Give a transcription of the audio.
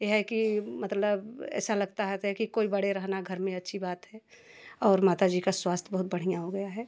यह है कि मतलब ऐसा लगता है था कि कोई बड़े रहना घर में अच्छी बात है और माता जी का स्वास्थ बहुत बढ़िया हो गया है